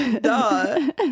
Duh